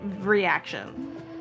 reaction